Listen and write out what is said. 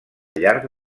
llarg